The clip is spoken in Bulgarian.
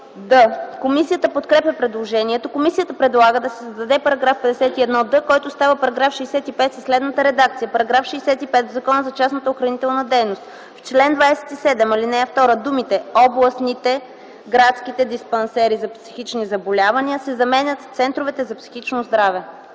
51д. Комисията подкрепя предложението. Комисията предлага да се създаде § 51д, който става § 65 със следната редакция: „§ 65. В Закона за частната охранителна дейност в чл. 27, ал. 2 думите „областните (градските) диспансери за психични заболявания” се заменят с „центровете за психично здраве”.”